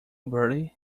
bertie